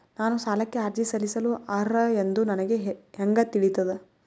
ನಾನು ಸಾಲಕ್ಕೆ ಅರ್ಜಿ ಸಲ್ಲಿಸಲು ಅರ್ಹ ಎಂದು ನನಗೆ ಹೆಂಗ್ ತಿಳಿತದ?